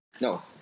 No